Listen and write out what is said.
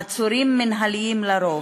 עצורים מינהליים על-פי רוב,